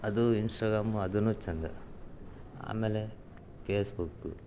ಅದು ಇನ್ಸ್ಟಾಗ್ರಾಮ್ ಅದೂ ಚೆಂದ ಆಮೇಲೆ ಫೇಸ್ಬುಕ್ಕು